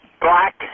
black